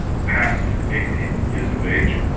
past eighteen years of age,